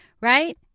Right